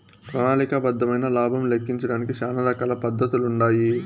ప్రణాళిక బద్దమైన లాబం లెక్కించడానికి శానా రకాల పద్దతులుండాయి